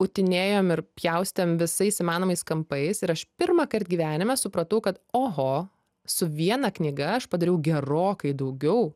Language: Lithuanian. utinėjom ir pjaustėm visais įmanomais kampais ir aš pirmąkart gyvenime supratau kad oho su viena knyga aš padariau gerokai daugiau